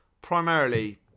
primarily